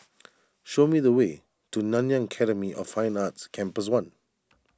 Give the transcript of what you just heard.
show me the way to Nanyang Academy of Fine Arts Campus one